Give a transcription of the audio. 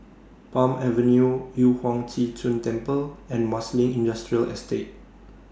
Palm Avenue Yu Huang Zhi Zun Temple and Marsiling Industrial Estate